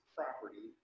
property